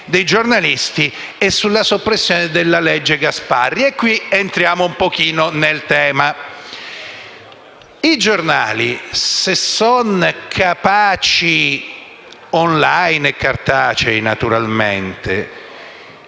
dei giornalisti e sulla soppressione della legge Gasparri e qui entriamo un pochino nel tema. Se i giornali e le realtà editoriali - *online* e cartacei, naturalmente